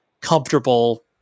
comfortable